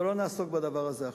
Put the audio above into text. אבל לא נעסוק בדבר הזה עכשיו.